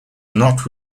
not